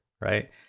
right